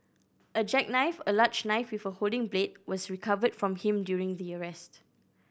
a jackknife a large knife with a folding blade was recovered from him during the arrest